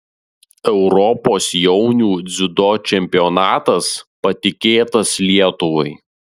europos jaunių dziudo čempionatas patikėtas lietuvai